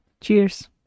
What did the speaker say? Cheers